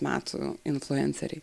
metų influenceriai